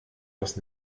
das